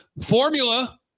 Formula